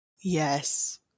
Yes